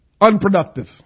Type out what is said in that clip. unproductive